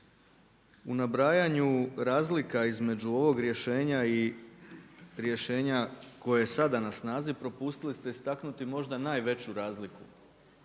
u nabrajanju razlika između ovog rješenja i rješenja koje je sada na snazi propustili ste istaknuti možda najveću razliku